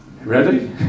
Ready